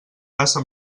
caça